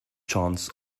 chance